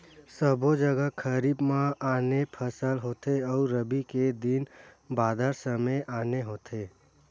सबो जघा खरीफ म आने फसल होथे अउ रबी के दिन बादर समे आने होथे